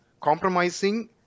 compromising